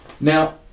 Now